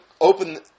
open